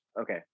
okay